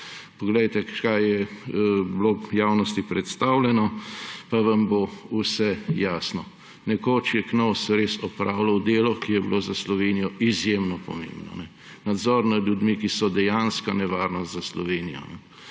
Poglejte, kaj je bilo javnosti predstavljeno, pa vam bo vse jasno. Nekoč je Knovs res opravljal delo, ki je bilo za Slovenijo izjemno pomembno, nadzor nad ljudmi, ki so dejanska nevarnost za Slovenijo.